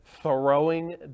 throwing